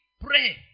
Pray